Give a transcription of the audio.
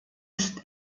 ist